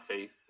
faith